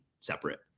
separate